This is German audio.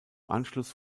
anschluss